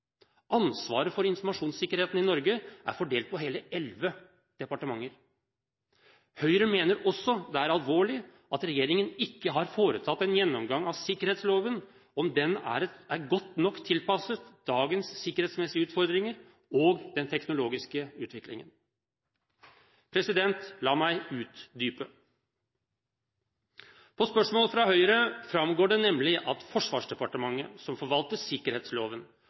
Ansvaret for informasjonssikkerheten i Norge er fordelt på hele elleve departementer. Høyre mener også det er alvorlig at regjeringen ikke har foretatt en gjennomgang av om sikkerhetsloven er godt nok tilpasset dagens sikkerhetsmessige utfordringer og den teknologiske utviklingen. La meg utdype: På spørsmål fra Høyre framgår det nemlig at Forsvarsdepartementet, som forvalter sikkerhetsloven,